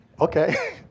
Okay